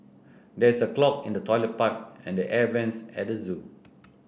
there is a clog in the toilet pipe and the air vents at the zoo